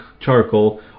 charcoal